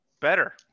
better